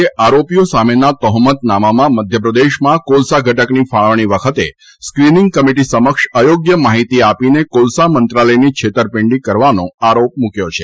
એ આરોપીઓ સામેના તહોમતનામામાં મધ્યપ્રદેશમાં કોલસા ઘટકની ફાળવણી વખતે સ્ક્રીનીંગ કમિટી સમક્ષ અયોગ્ય માહિતી આપીને કોલસા મંત્રાલયની છેતરપીંડીનો આરોપ મૂક્યો છે